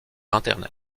internet